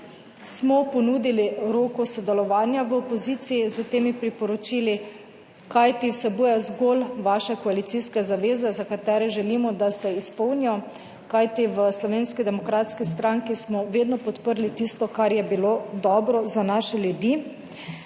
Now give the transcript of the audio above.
smo ponudili roko sodelovanja v opoziciji s temi priporočili, kajti vsebujejo zgolj vaše koalicijske zaveze, za katere želimo, da se izpolnijo, kajti v Slovenski demokratski stranki smo vedno podprli tisto, kar je bilo dobro za naše ljudi